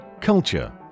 culture